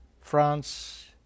France